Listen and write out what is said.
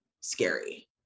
scary